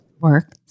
work